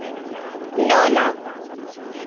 ᱱᱚ lakh